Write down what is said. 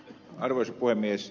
arvoisa puhemies